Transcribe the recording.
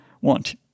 want